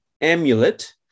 amulet